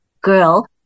girl